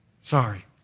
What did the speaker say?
Sorry